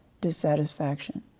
dissatisfaction